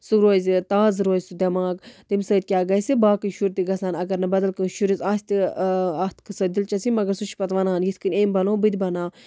سُہ روزِ تازٕ روزِ سُہ دٮ۪ماغ تَمہِ سۭتۍ کیاہ گژھِ باقٕے شُرۍ تہِ گژھن اَگر نہٕ بَدل کٲنٛسہِ شُرِس آسہِ تہِ اَتھ قصس دِلچَسپی مَگر سُہ چھُ پَتہٕ وَنان یِتھ کٔنۍ أمۍ بَنو بہٕ تہِ بَناوٕ